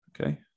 Okay